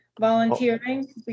volunteering